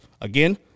Again